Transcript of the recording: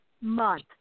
Month